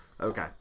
Okay